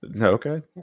Okay